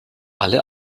alle